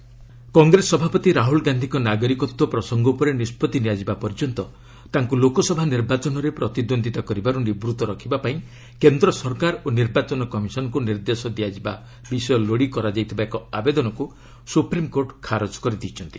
SC Rahul Congress ସଭାପତିରାହୁଲ ଗାନ୍ଧିଙ୍କ ନାଗରିକତ୍ୱ ପ୍ରସଙ୍ଗ ଉପରେ ନିଷ୍ପଭି ନିଆଯିବା ପର୍ଯ୍ୟନ୍ତ ତାଙ୍କୁ ଲୋକସଭା ନିର୍ବାଚନରେ ପ୍ରତିଦ୍ୱନ୍ଦିତା କରିବାରୁ ନିବୂତ ରଖିବା ପାଇଁ କେନ୍ଦ୍ର ସରକାର ଓ ନିର୍ବାଚନ କମିଶନଙ୍କୁ ନିର୍ଦ୍ଦେଶ ଦିଆଯିବା ବିଷୟ ଲୋଡ଼ି କରାଯାଇଥିବା ଏକ ଆବେଦନକୁ ସୁପ୍ରିମ୍କୋର୍ଟ ଖାରଜ କରିଦେଇଛନ୍ତି